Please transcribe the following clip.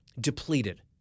depleted